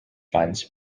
fund